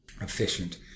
efficient